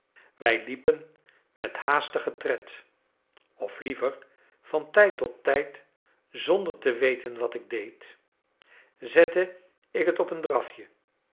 wij liepen met haastigen tred of liever van tijd tot tijd zonder te weten wat ik deed zette ik het op een drafje